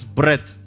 breath